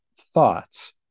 thoughts